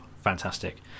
fantastic